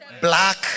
black